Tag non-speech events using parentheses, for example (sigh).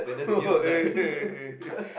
oh (laughs) eh eh